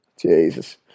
Jesus